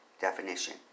definition